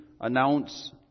announce